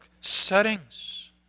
settings